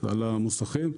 על המוסכים.